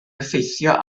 effeithio